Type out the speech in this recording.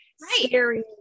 scary